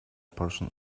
portion